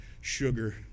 sugar